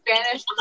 Spanish